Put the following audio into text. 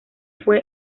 fue